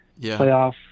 playoff